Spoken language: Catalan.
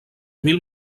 mil